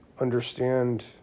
understand